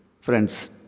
Friends